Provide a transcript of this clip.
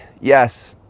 yes